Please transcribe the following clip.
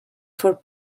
for